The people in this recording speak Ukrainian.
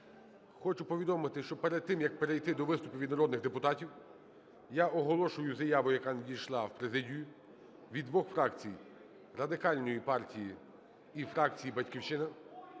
Хочу повідомити, що перед тим, як перейти до виступів від народних депутатів, я оголошую заяву, яка надійшла в президію, від двох фракцій – Радикальної партії і фракції "Батьківщина".